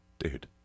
Dude